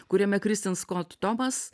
kuriame kristin skot tomas